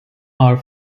are